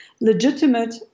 legitimate